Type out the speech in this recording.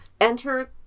Enter